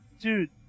Dude